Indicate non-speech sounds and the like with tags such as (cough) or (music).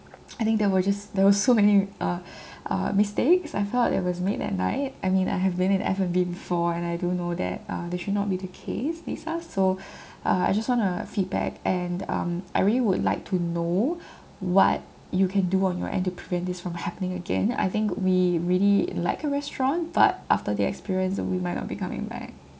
(noise) I think there were just there were so many uh uh mistakes I felt that was made that night I mean I have been in F&B before and I do know that uh that should not be the case lisa so uh I just want to feedback and um I really would like to know what you can do on your end to prevent this from happening again I think we really like your restaurant but after the experience we might not be coming back